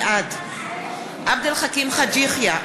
בעד עבד אל חכים חאג' יחיא,